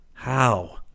How